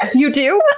you do!